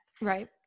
Right